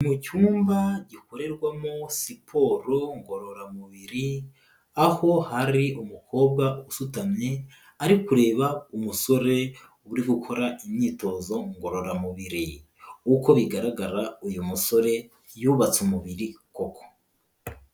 Mu cyumba gikorerwamo siporo ngororamubiri, aho ari umukobwa usutamye ari kureba umusore uri gukora imyitozo ngororamubiri. Uko bigaragara uyu musore yubatse umubiri koko.